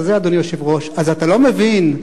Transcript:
אדוני היושב-ראש: אז אתה לא מבין,